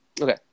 Okay